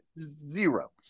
Zero